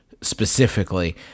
specifically